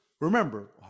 remember